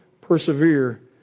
persevere